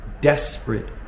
Desperate